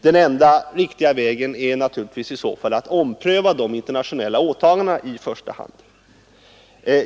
Den enda riktiga vägen är då att ompröva de internationella åtagandena i första hand.